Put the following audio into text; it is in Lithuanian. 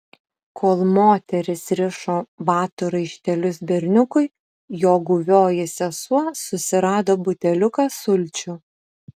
kol moteris rišo batų raištelius berniukui jo guvioji sesuo susirado buteliuką sulčių